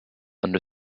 under